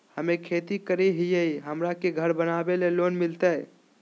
हमे खेती करई हियई, हमरा के घर बनावे ल लोन मिलतई?